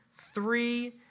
three